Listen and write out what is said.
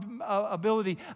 ability